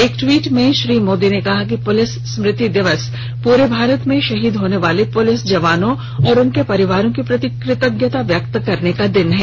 एक ट्वीट में श्री मोदी ने कहा कि पुलिस स्मृति दिवस पूरे भारत में शहीद होने वाले पुलिस जवानों और उनके परिवारों के प्रति कृतज्ञता व्यक्त करने का दिन है